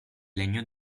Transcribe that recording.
legno